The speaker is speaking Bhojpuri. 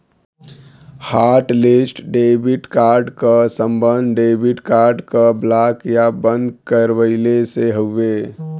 हॉटलिस्ट डेबिट कार्ड क सम्बन्ध डेबिट कार्ड क ब्लॉक या बंद करवइले से हउवे